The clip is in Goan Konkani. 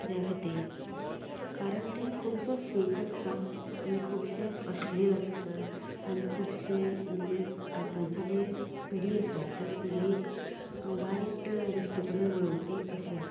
कित्या खातीर कारण तें खुबशें फेक आसता आनी खुबशें अश्लील आसता आनी खुबशें म्हणजे आताची जी पिडी आसा ते पिडीयेक वायट गोश्टी कडेन वळोवपी अशें आसता